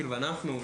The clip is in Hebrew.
אנחנו,